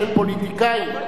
של פוליטיקאים.